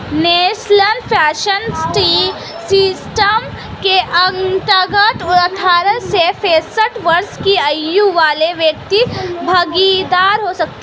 national pension system के अंतर्गत अठारह से पैंसठ वर्ष की आयु वाले व्यक्ति भागीदार हो सकते हैं